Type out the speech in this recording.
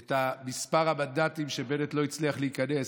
את מספר המנדטים שבנט לא הצליח להיכנס,